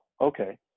okay